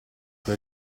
quel